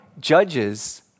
judges